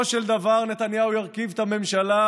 אתה רואה?